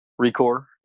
recore